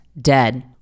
dead